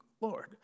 Lord